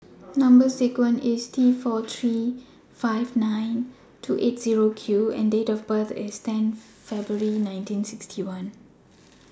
Number sequence IS T four three five nine two eight Zero Q and Date of birth IS ten February nineteen sixty one